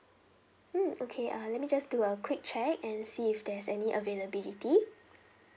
mm okay ah let me just do a quick check and see if there's any availability